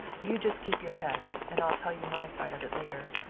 you just keep your head, and i'll tell you my side of it later.